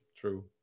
True